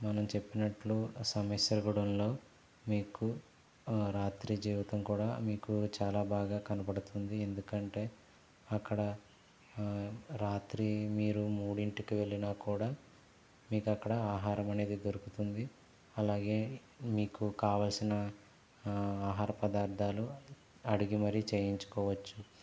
మనం చెప్పినట్లు సమేశ్వర గూడెంలో మీకు రాత్రి జీవితం కూడా మీకు చాలా బాగా కనబడుతుంది ఎందుకంటే అక్కడ రాత్రి మీరు మూడింటికి వెళ్ళినా కూడా మీకు అక్కడ ఆహారం అనేది దొరుకుతుంది అలాగే మీకు కావాల్సిన ఆహార పదార్థాలు అడిగిమరీ చేయించుకోవచ్చు